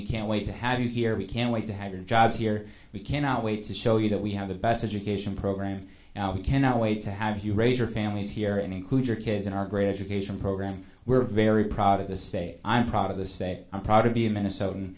we can't wait to have you here we can't wait to have your jobs here we cannot wait to show you that we have the best education program now we cannot wait to have you raise your families here and include your kids in our great education program we're very proud of this say i'm proud of the say i'm proud to be a minnesotan